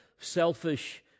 selfish